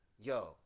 yo